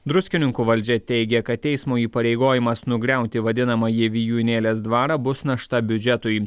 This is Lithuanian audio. druskininkų valdžia teigia kad teismo įpareigojimas nugriauti vadinamąjį vijūnėlės dvarą bus našta biudžetui